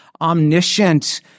omniscient